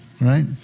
right